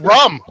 Rum